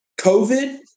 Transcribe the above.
COVID